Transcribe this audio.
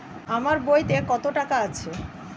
আমার বইতে কত টাকা আছে?